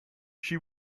she